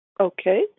Okay